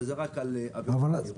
וזה רק על עבירות המהירות.